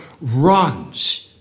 runs